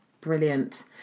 Brilliant